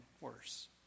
worse